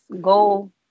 go